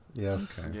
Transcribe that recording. Yes